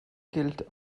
gilt